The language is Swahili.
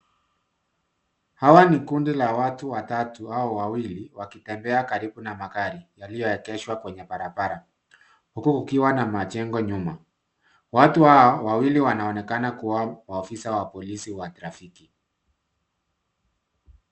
Hawa ni kundi la watu watatu au wawili wakitembea karibu na magari yaliyoegeshwa kwenye barabara, huku kukiwa na majengo nyuma. Watu hawa wawili wanaonekana kuwa maafisa wa polisi wa trafiki.